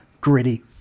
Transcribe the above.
gritty